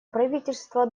правительства